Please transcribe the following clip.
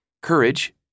courage